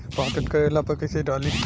Pocket करेला पर कैसे डाली?